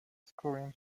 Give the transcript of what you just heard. scoring